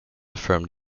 affirmed